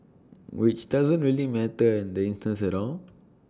which doesn't really matter instance at all